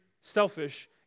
selfish